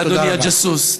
אדוני הג'אסוס.